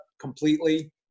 completely